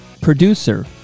producer